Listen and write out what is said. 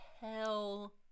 Hell